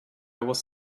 was